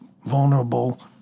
vulnerable